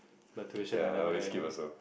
but tuition I never had it